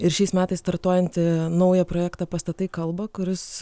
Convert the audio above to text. ir šiais metais startuojant naują projektą pastatai kalba kuris